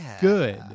good